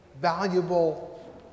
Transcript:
valuable